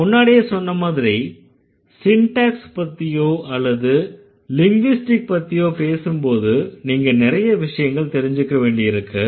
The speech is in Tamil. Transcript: நான் முன்னாடியே சொன்ன மாதிரி சிண்டேக்ஸ் பத்தியோ அல்லது லிங்விஸ்டிக் பத்தியோ பேசும்போது நீங்க நிறைய விஷயங்கள் தெரிஞ்சுக்க வேண்டியிருக்கு